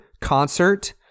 concert